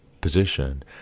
position